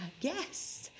yes